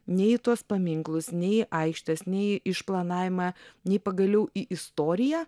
nei į tuos paminklus nei į aikštes nei į išplanavimą nei pagaliau į istoriją